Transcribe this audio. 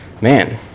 man